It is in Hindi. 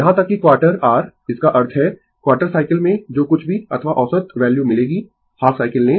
यहां तक कि क्वार्टर r इसका अर्थ है क्वार्टर साइकिल में जो कुछ भी अथवा औसत वैल्यू मिलेगी हाफ साइकिल लें